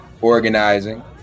organizing